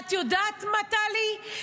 ואת יודעת מה, טלי?